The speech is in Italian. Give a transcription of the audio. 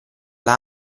l’ha